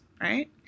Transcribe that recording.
right